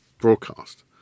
broadcast